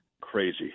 Crazy